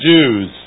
Jews